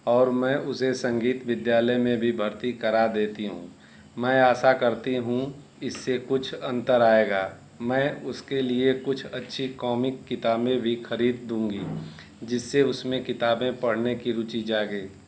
और मैं उसे संगीत विद्यालय में भी भर्ती करा देती हूँ मैं आशा करती हूँ इससे कुछ अंतर आएगा मैं उसके लिए कुछ अच्छी कॉमिक किताबें भी खरीद दूंगी जिससे उसमें किताबें पढ़ने की रुचि जागेगी